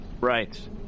Right